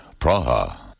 Praha